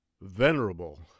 venerable